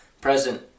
present